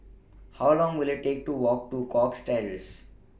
How Long Will IT Take to Walk to Cox Terrace